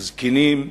זקנים,